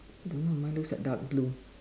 don't know mine looks like dark blue